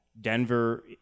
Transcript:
Denver